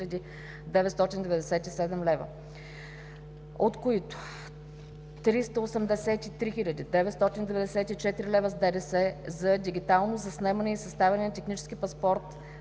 от които: - 383 хил. 994 лв. с ДДС за дигитално заснемане и съставяне на технически паспорт